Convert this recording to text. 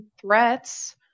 threats